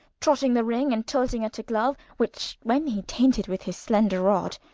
trotting the ring, and tilting at a glove, which when he tainted with his slender rod,